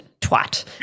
twat